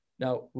Now